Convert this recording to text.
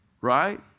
Right